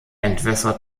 entwässert